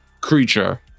creature